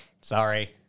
sorry